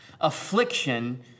affliction